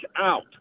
out